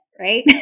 right